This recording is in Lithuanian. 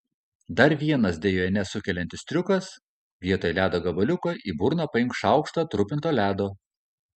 dar vienas dejones sukeliantis triukas vietoj ledo gabaliuko į burną paimk šaukštą trupinto ledo